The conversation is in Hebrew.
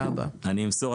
אמסור.